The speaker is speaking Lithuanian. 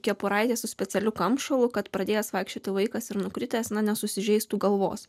kepuraitė su specialiu kamšalu kad pradėjęs vaikščioti vaikas ir nukritęs nesusižeistų galvos